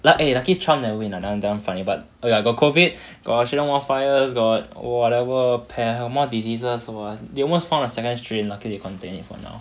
eh lucky trump never win ah that [one] funny but oh ya got COVID got australian wildfires got whatever more diseases 什么 they almost found a second strain luckily they contained it for now